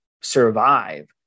survive